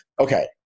okay